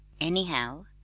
anyhow